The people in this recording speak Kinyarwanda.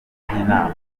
by’inama